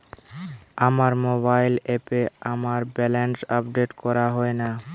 আমার মোবাইল অ্যাপে আমার ব্যালেন্স আপডেট করা হয় না